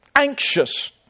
anxious